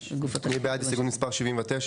מי בעד הסתייגות מספר 79?